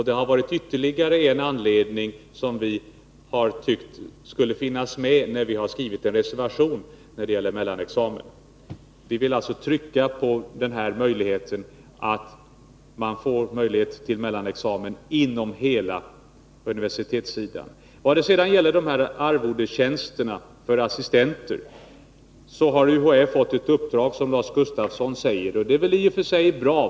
Det har varit ytterligare ett motiv som vi har tyckt skulle finnas med när vi har skrivit en reservation beträffande mellanexamen. Vi vill alltså trycka på möjligheten att få till stånd mellanexamen inom hela universitetssektorn. När det sedan gäller arvodestjänsterna för assistenter har UHÄ fått ett uppdrag, som Lars Gustafsson säger. Det är i och för sig bra.